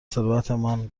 ثروتمندان